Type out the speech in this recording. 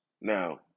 Now